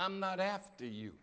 i'm not after you